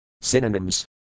Synonyms